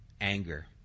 anger